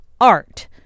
art